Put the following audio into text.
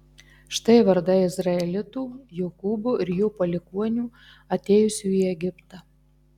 štai vardai izraelitų jokūbo ir jo palikuonių atėjusių į egiptą